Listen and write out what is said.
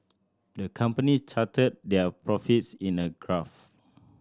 the company charted their profits in a graph